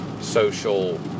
social